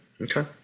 Okay